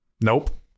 Nope